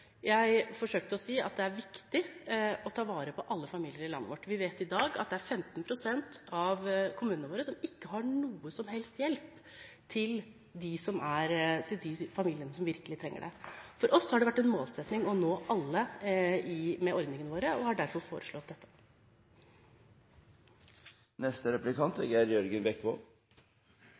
Jeg fortsetter på svaret mitt: Jeg forsøkte å si at det er viktig å ta vare på alle familier i landet vårt. Vi vet at i dag er det 15 pst. av kommunene våre som ikke har noen som helst hjelp til de familiene som virkelig trenger det. For oss har det vært en målsetting å nå alle med ordningen vår, og vi har derfor foreslått